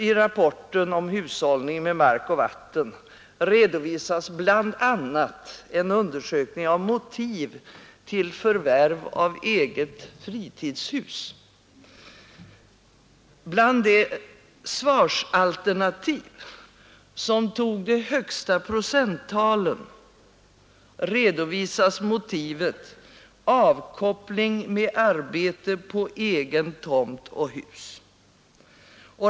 I rapporten Hushållning med mark och vatten redovisas bl.a. en undersökning av motiv till förvärv av eget fritidshus. Bland de svarsalternativ som tog det högsta procenttalet redovisas motivet ”Avkoppling med arbete på egen tomt och hus”.